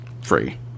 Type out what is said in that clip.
free